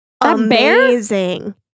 amazing